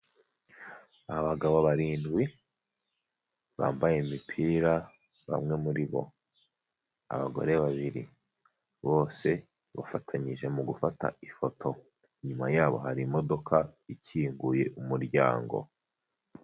Abagabo barindwi bambaye imipira bamwe muri bo, abagore babiri bose bafatanyije mu gufata ifoto inyuma yabo hari imodoka ikinguye umuryango.